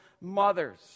mothers